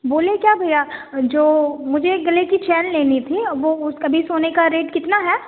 बोले क्या भैया जो मुझे एक गले की चैन लेनी थी अब वह उसका अभी सोने का रेट कितना है